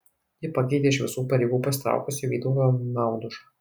ji pakeitė iš šių pareigų pasitraukusi vytautą naudužą